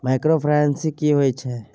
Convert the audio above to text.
Microfinance की होय छै?